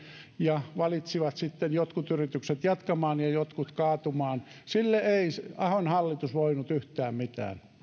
ja valitsivat sitten jotkut yritykset jatkamaan ja jotkut kaatumaan sille ei ahon hallitus voinut yhtään mitään